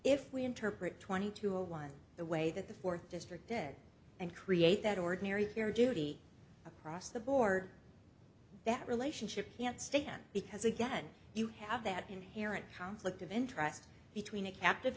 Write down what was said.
if we interpret twenty to a one the way that the fourth district dead and create that ordinary care duty across the board that relationship can't stand because again you have that inherent conflict of interest between a captive